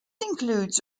includes